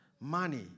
money